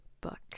book